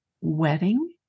wedding